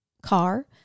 Car